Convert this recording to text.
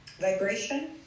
Vibration